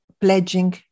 pledging